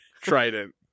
trident